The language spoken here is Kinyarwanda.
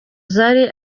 zari